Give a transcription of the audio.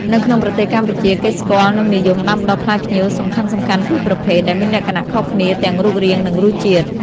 នៅក្នុងប្រទេសកម្ពុជា គេស្គាល់ និងនិយមដាំដុះផ្លែផ្ញៀវសំខាន់ៗពីរប្រភេទ ដែលមានលក្ខណៈខុសគ្នាទាំងរូបរាង និងរសជាតិ។